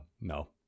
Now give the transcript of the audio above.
no